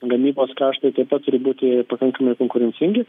gamybos kaštai taip pat turi būti pakankamai konkurencingi